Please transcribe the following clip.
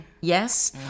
Yes